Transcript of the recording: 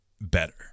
better